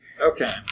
Okay